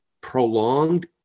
prolonged